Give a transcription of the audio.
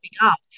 up